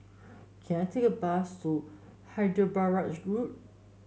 can I take a bus to Hyderabad Road